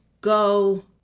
go